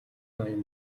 ноён